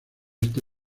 este